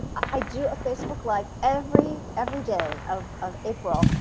ah i do a facebook live every every day of of april,